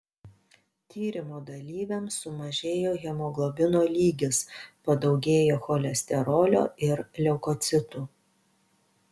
tyrimo dalyviams sumažėjo hemoglobino lygis padaugėjo cholesterolio ir leukocitų